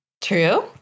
True